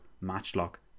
Matchlock